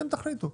אתם תחליטו,